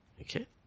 Okay